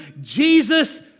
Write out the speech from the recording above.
Jesus